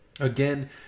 Again